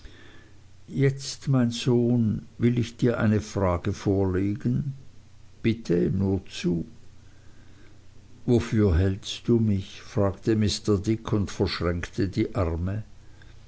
jetzt mein sohn will ich dir eine frage vorlegen bitte nur zu wofür hältst du mich fragte mr dick und verschränkte die arme